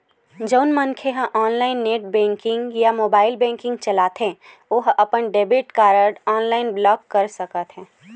जउन मनखे ह ऑनलाईन नेट बेंकिंग या मोबाईल बेंकिंग चलाथे ओ ह अपन डेबिट कारड ऑनलाईन ब्लॉक कर सकत हे